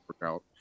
workout